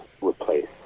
replace